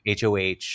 HOH